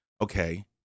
okay